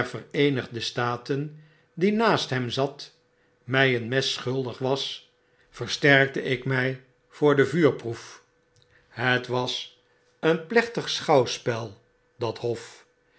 der vereenigde staten dienaast hem zat my een mes schuldig was versterkte ik my voor de vuurproef het was een plechtig schouwspel dat hof